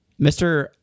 Mr